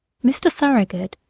mr. thoroughgood,